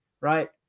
right